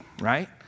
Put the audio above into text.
right